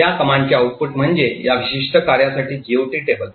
या कमांडचे आउटपुट म्हणजे या विशिष्ट कार्यासाठी GOT टेबल